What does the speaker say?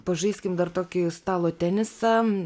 pažaiskim dar tokį stalo tenisą